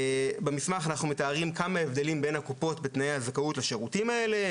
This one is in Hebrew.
במסמך אנחנו מתארים כמה הבדלים בין הקופות בתנאי הזכאות לשירותים האלה,